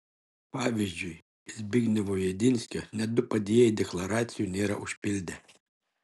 pavyzdžiui zbignevo jedinskio net du padėjėjai deklaracijų nėra užpildę